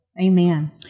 Amen